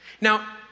Now